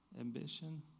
ambition